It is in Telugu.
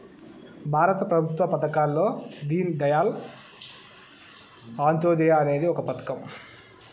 భారత ప్రభుత్వ పథకాల్లో దీన్ దయాళ్ అంత్యోదయ అనేది ఒక పథకం